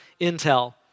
intel